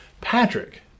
Patrick